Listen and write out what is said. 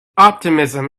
optimism